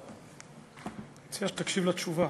תקשיב לתשובה.